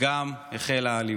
וגם החלה האלימות.